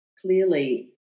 clearly